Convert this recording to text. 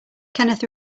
kenneth